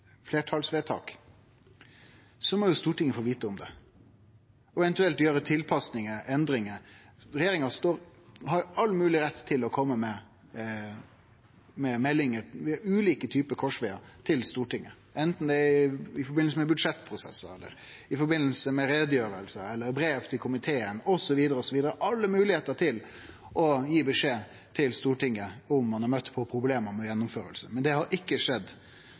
må Stortinget få vite om det og eventuelt gjere tilpassingar eller endringar. Regjeringa har all mogleg rett til å kome med meldingar til Stortinget ved ulike korsvegar, i samband med budsjettprosessar, gjennom utgreiingar, brev til komiteen, osv. – ein har alle moglegheiter til å gi beskjed til Stortinget om at ein har møtt på problem med gjennomføringa, men det har ikkje skjedd